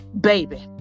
Baby